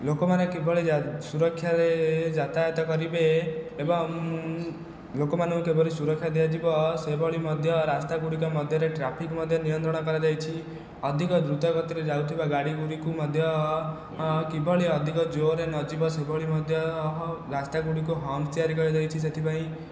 ଲୋକମାନେ କିଭଳି ଯା ସୁରକ୍ଷାରେ ଯାତାୟତ କରିବେ ଏବଂ ଲୋକମାନଙ୍କୁ କିପରି ସୁରକ୍ଷା ଦିଆଯିବ ସେଭଳି ମଧ୍ୟ ରାସ୍ତା ଗୁଡ଼ିକ ମଧ୍ୟରେ ଟ୍ରାଫିକ ମଧ୍ୟ ନିୟନ୍ତ୍ରଣ କରାଯାଇଛି ଅଧିକ ଦ୍ରୁତ ଗତିରେ ଯାଉଥିବା ଗାଡ଼ି ଗୁଡ଼ିକୁ ମଧ୍ୟ କିଭଳି ଅଧିକ ଜୋରରେ ନ ଯିବ ସେହିଭଳି ମଧ୍ୟ ରାସ୍ତା ଗୁଡ଼ିକ ହମ୍ପସ ତିଆରି କରାଯାଇଛି ସେଥିପାଇଁ